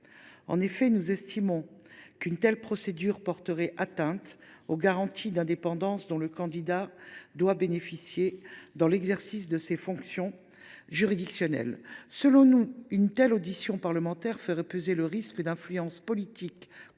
en effet qu’une telle procédure porterait atteinte aux garanties d’indépendance dont le candidat doit bénéficier dans l’exercice de ses fonctions juridictionnelles. Selon nous, une telle audition parlementaire ferait peser le risque d’influences politiques,